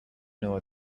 know